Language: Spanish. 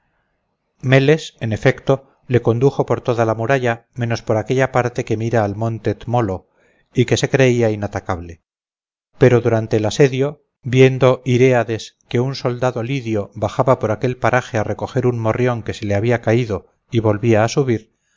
meles en efecto le condujo por toda la muralla menos por la parte que mira al monte tmolo que se creía inatacable pero durante el asedio hiriades el mardo vio que un soldado lidio bajaba por allí a recoger un perro que se le había caído y volvía a subir